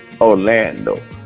Orlando